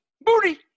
Booty